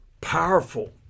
powerful